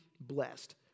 blessed